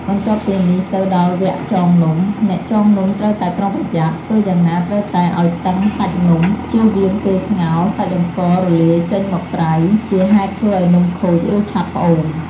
បន្ទាប់ពីនេះទៅដល់វគ្គចងនំ អ្នកចងនំត្រូវតែប្រុងប្រយ័ត្ន ធ្វើយ៉ាងណាត្រូវរឹតឱ្យតឹងសាច់នំ ចៀសវាងពេលស្ងោរ សាច់អង្កររលាយចេញមកក្រៅ ជាហេតុធ្វើឱ្យនំខូច ឬឆាប់ផ្អូម។